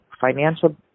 financial